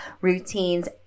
routines